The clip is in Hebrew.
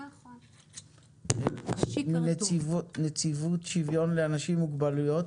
טוב, נציבות שוויון לאנשים עם מוגבלויות.